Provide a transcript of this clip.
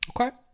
Okay